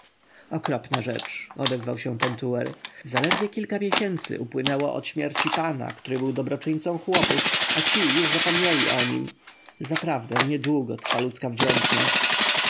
okropna rzecz odezwał się pentuer zaledwie kilka miesięcy upłynęło od śmierci pana który był dobroczyńcą chłopów a ci już zapomnieli o nim zaprawdę niedługo trwa ludzka wdzięczność